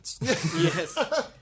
Yes